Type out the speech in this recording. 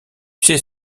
sais